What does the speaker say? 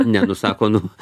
ne nu sako nu